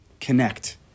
connect